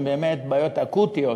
שהן באמת בעיות אקוטיות,